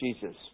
Jesus